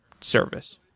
service